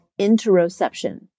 interoception